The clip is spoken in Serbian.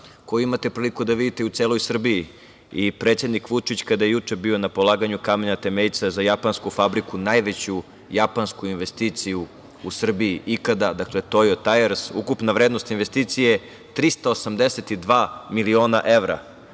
koju imate priliku da vidite i u celoj Srbiji. Predsednik Vučić kada je juče bio na polaganju kamena temeljca za japansku fabriku, najveću japansku investiciju u Srbiji ikada, dakle, Tojo tajers. Ukupna vrednost investicije je 382 miliona evra,